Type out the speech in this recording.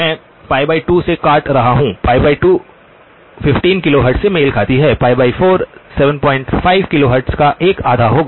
मैं π 2 से काट रहा हूं 2 15 किलोहर्ट्ज़ से मेल खाती है 4 75 किलोहर्ट्ज़ का एक आधा होगा